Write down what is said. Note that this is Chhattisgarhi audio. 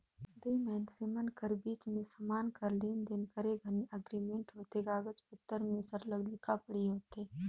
दुई मइनसे मन कर बीच में समान कर लेन देन करे घनी एग्रीमेंट होथे कागज पाथर में सरलग लिखा पढ़ी होथे